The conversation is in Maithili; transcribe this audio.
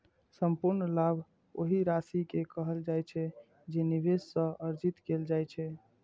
संपूर्ण लाभ ओहि राशि कें कहल जाइ छै, जे निवेश सं अर्जित कैल जाइ छै